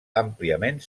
àmpliament